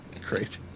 Great